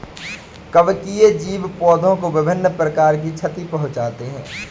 कवकीय जीव पौधों को विभिन्न प्रकार की क्षति पहुँचाते हैं